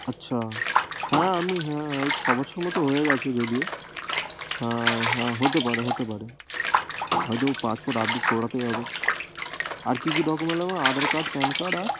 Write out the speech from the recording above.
আচ্ছা হ্যাঁ আমি হ্যাঁ ওই ছ বছর মতো হয়ে গিয়েছে যদিও হ্যাঁ হ্যাঁ হতে পারে হতে পারে হয়তো পাসপোর্ট আপডেট করাতেই হবে আর কী কী ডকুমেন্ট লাগবে আধার কার্ড প্যান কার্ড আর